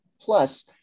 plus